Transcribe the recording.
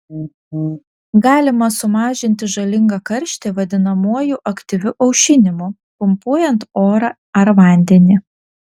galima sumažinti žalingą karštį vadinamuoju aktyviu aušinimu pumpuojant orą ar vandenį